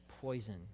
poison